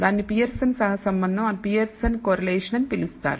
దానిని పియర్సన్ సహసంబంధంpearson's correlation అని పిలుస్తారు